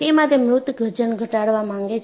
તેમાં તે મૃત વજન ઘટાડવા માંગે છે